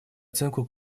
оценку